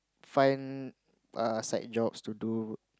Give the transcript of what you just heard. find err side jobs to do